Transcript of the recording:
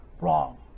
wrong